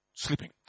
sleeping